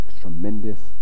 tremendous